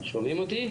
שומעים אותי?